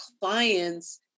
clients